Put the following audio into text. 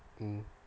mm